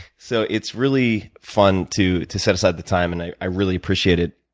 so it's really fun to to set aside the time, and i i really appreciate it.